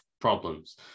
problems